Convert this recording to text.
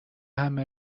همه